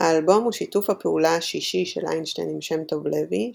האלבום הוא שיתוף הפעולה השישי של איינשטיין עם שם טוב לוי,